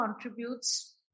contributes